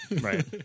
Right